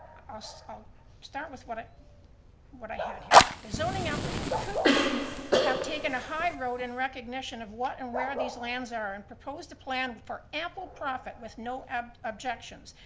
ah so i'll start with what what i had here. the zoning applicant could have taken the high road in recognition of what and where these lands are and proposed a plan for ample profit with no objections.